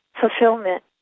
fulfillment